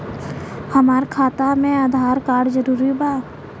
हमार खाता में आधार कार्ड जरूरी बा?